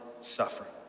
suffering